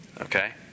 Okay